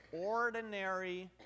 ordinary